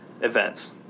events